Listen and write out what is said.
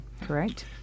correct